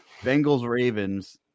Bengals-Ravens